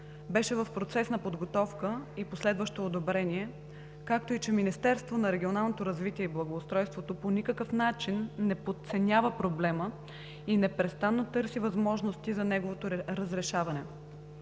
беше в процес на подготовка и последващо одобрение, както и Министерството на регионалното развитие и благоустройството по никакъв начин не подценява проблема и непрестанно търси възможности за неговото разрешаване.